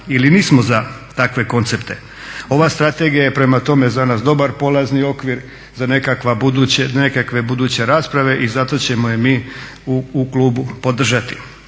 ili nismo za takve koncepte. Ova strategija je prema tome za nas dobar polazni okvir, za nekakve buduće rasprave i zato ćemo je mi u klubu podržati.